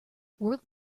world